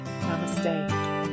Namaste